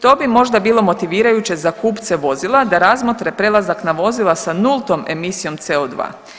To bi možda bilo motivirajuće za kupce vozila, da razmotre prelazak na vozila sa nultom emisijom CO2.